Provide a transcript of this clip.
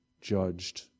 judged